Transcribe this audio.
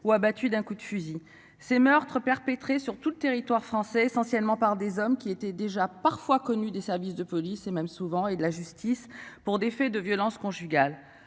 ou abattu d'un coup de fusil ces meurtres perpétrés sur tout le territoire français sans. Seulement par des hommes qui étaient déjà parfois connu des services de police et même souvent et de la justice. Six pour des faits de violences conjugales